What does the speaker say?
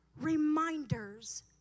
reminders